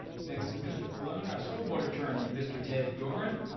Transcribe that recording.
next to mr. colon, ah school board attorney mr. ted doren.